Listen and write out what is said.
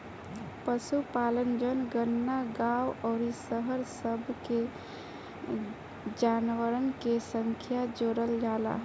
पशुपालन जनगणना गांव अउरी शहर सब के जानवरन के संख्या जोड़ल जाला